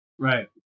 Right